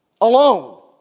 alone